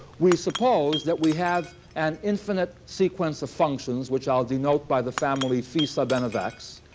we suppose that we have an infinite sequence of, functions which i'll denote by the family phi sub n of x,